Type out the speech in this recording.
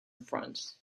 front